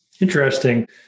Interesting